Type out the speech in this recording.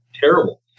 terrible